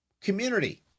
community